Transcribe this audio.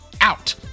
out